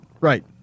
right